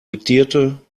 diktierte